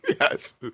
Yes